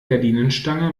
gardinenstange